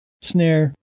snare